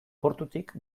portutik